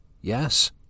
Yes